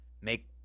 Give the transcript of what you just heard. make